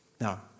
Now